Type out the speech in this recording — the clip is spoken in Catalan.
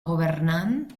governant